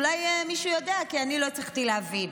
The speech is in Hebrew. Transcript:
אולי מישהו יודע, כי אני לא הצלחתי להבין.